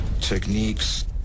techniques